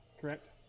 Correct